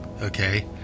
okay